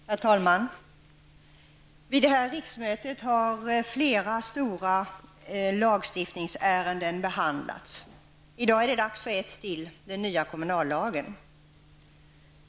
Herr talman! Vid detta riksmöte har flera stora lagstiftningsärenden behandlats. I dag är det dags för ett till, den nya kommunallagen.